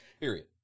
Period